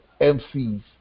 MCs